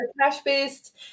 cash-based